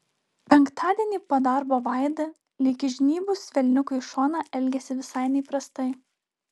penktadienį po darbo vaida lyg įžnybus velniukui į šoną elgėsi visai neįprastai